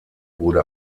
wurde